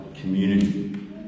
community